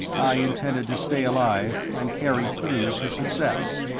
i intended to stay alive and carry through to success.